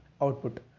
output